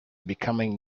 becoming